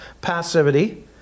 passivity